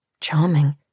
Charming